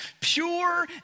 pure